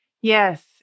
Yes